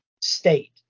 state